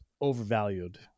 overvalued